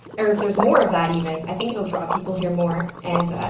or if there's more of that even, i think it'll draw people here more. and,